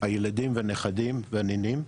הילדים והנכדים והנינים,